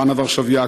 חנה ורשביאק,